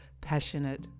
passionate